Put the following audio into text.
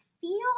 feel